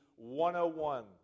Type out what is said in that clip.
101